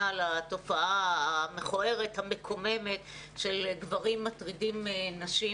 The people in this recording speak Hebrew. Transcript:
על התופעה המכוערת והמקוממת של גברים שמטרידים נשים,